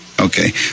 Okay